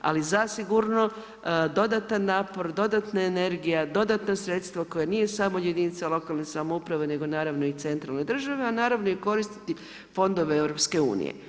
Ali zasigurno dodatan napor, dodatna energija, dodatna sredstva koja nije samo jedinica lokalne samouprave nego naravno i centralne države a naravno i koristiti fondove EU.